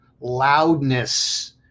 Loudness